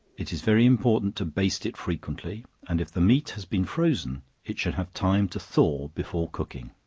it is very important to baste it frequently, and if the meat has been frozen, it should have time to thaw before cooking.